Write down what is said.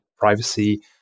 privacy